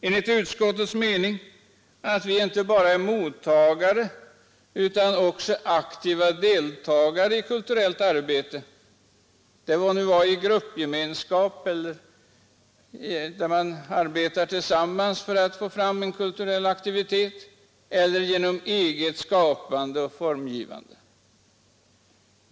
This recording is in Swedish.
Enligt utskottets mening är det önskvärt att vi inte bara är mottagare utan också aktiva deltagare i kulturellt arbete — detta må sedan gälla gruppgemenskap eller annat samarbete för att få fram en kulturell aktivitet eller genom eget skapande och formgivande.